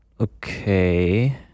Okay